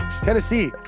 Tennessee